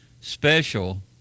special